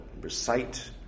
recite